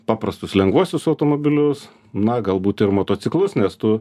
paprastus lengvuosius automobilius na galbūt ir motociklus nes tu